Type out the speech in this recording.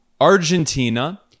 Argentina